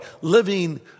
living